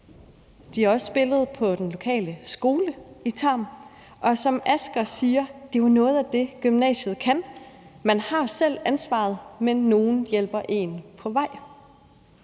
De har også spillet på den lokale skole i Tarm. Og som Asger siger: Det er jo noget af det, gymnasiet kan. Man har selv ansvaret, men nogle hjælper en på vej.